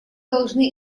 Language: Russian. должны